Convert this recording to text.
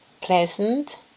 pleasant